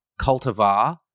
cultivar